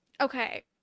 Okay